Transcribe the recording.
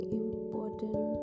important